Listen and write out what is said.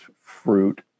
fruit